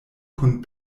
kun